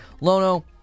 Lono